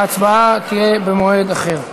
ההצבעה תהיה במועד אחר.